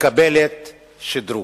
מקבלת שדרוג?